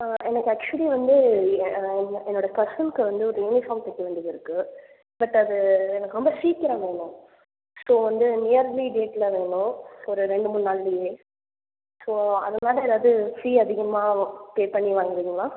எனக்கு ஆக்ச்சுவலி வந்து ஏ என்னுடைய கசின்க்கு வந்து ஒரு யூனிஃபார்ம் தைக்க வேண்டியது இருக்கு பட் அது எனக்கு ரொம்ப சீக்கிரம் வேணும் ஸோ வந்து நியர்லி டேட்டில் வேணும் ஒரு ரெண்டு மூணு நாள்லேயே ஸோ அது மாதிரி எதாவது ஃபீ அதிகமாக பே பண்ணி வாங்குவீங்களா